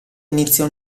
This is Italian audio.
iniziò